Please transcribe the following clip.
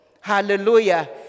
Hallelujah